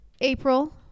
April